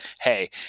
hey